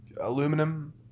aluminum